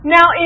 Now